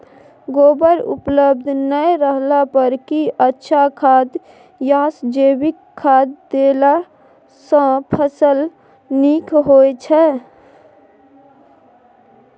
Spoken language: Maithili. गोबर उपलब्ध नय रहला पर की अच्छा खाद याषजैविक खाद देला सॅ फस ल नीक होय छै?